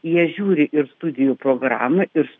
jie žiūri ir studijų programų ir